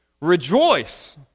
Rejoice